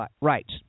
rights